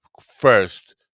first